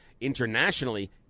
Internationally